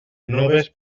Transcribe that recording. noves